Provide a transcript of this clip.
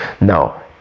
Now